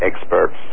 experts